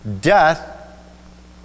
death